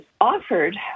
offered